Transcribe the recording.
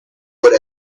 every